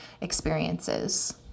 experiences